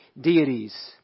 deities